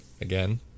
again